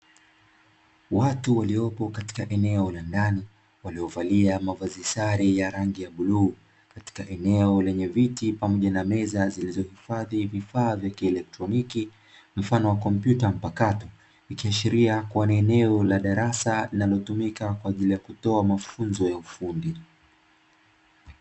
Watu waliopo katika eneo la ndani, waliovalia mavazi sare ya rangi ya bluu, katika eneo lenye viti pamoja meza zilizohifadhi vifaa vya kieletroniki mfano wa kompyuta mpakato. likiashiria kuwa ni eneo la darasa linalotumika kwa ajili kutoa mafunzo ya ufundi.